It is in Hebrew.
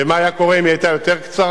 ומה היה קורה אם היא היתה יותר קצרה?